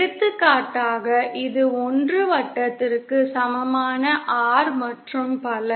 எடுத்துக்காட்டாக இது 1 வட்டத்திற்கு சமமான R மற்றும் பல